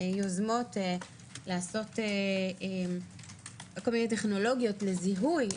יוזמןת והצעות לעשות כל מיני טכנולוגיות לזיהוי,